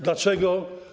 Dlaczego?